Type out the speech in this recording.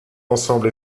ensemble